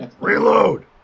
Reload